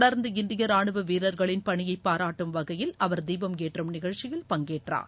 தொடர்ந்து இந்திய ராணுவ வீரர்களின் பணியை பாராட்டும் வகையில் அவர் தீபம் ஏற்றும் நிகழ்ச்சியில் பங்கேற்றார்